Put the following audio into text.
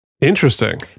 Interesting